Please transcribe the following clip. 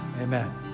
Amen